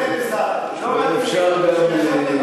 של עניין.